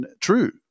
true